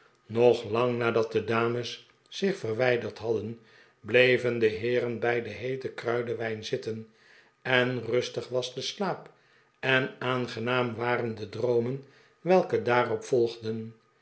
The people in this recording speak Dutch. nog lang nadat de dames zich verwijderd hadden bleven de heeren bij den heeten kruidenwijn zitten en rustig was de slaap en aangenaam waren de droomen welke daarop volgden